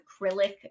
acrylic